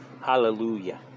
Hallelujah